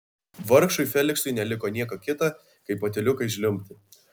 vargšui feliksui neliko nieko kita kaip patyliukais žliumbti